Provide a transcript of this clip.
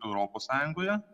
europos sąjungoje